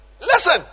Listen